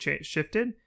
shifted